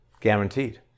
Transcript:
guaranteed